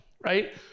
right